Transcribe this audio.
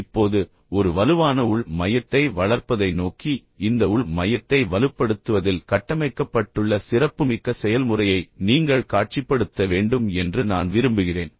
இப்போது ஒரு வலுவான உள் மையத்தை வளர்ப்பதை நோக்கி இந்த உள் மையத்தை வலுப்படுத்துவதில் கட்டமைக்கப்பட்டுள்ள சிறப்புமிக்க செயல்முறையை நீங்கள் காட்சிப்படுத்த வேண்டும் என்று நான் விரும்புகிறேன்